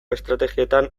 estrategietan